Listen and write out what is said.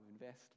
Invest